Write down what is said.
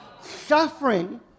Suffering